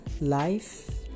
life